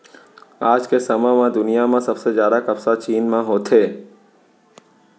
आज के समे म दुनिया म सबले जादा कपसा चीन म होथे